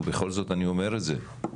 ובכל זאת אני אומר את זה.